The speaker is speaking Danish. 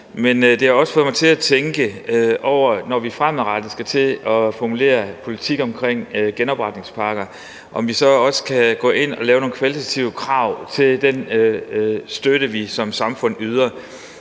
men det har også fået mig til at tænke over, når vi fremadrettet skal til at formulere politik om genopretningspakker, om vi så også kan gå ind og lave nogle kvalitative krav til den støtte, vi som samfund yder.